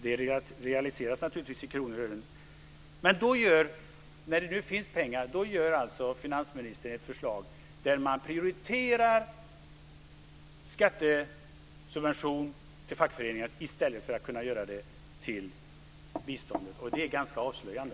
Det realiseras naturligtvis i kronor och ören. När det nu finns pengar lägger finansministern fram ett förslag där man prioriterar skattesubventioner vad gäller fackföreningar i stället för vad gäller bistånd, och det är ganska avslöjande.